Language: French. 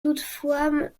toutefois